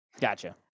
Gotcha